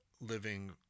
living